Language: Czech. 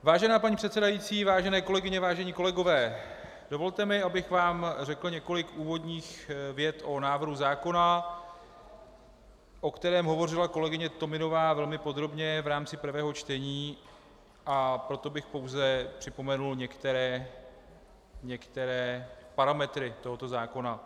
Vážená paní předsedající, vážené kolegyně, vážení kolegové, dovolte mi, abych vám řekl několik úvodních vět o návrhu zákona, o kterém hovořila kolegyně Tominová velmi podrobně v rámci prvého čtení, a proto bych pouze připomenul některé parametry tohoto zákona.